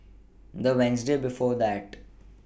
The Wednesday before that